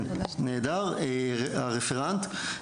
כן, נהדר, הרפרנט.